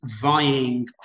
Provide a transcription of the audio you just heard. vying